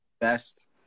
best